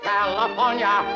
California